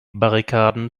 barrikaden